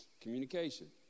Communication